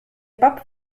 pub